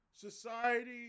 society